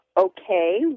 Okay